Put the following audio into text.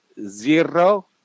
zero